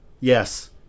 Yes